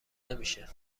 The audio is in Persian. نمیشه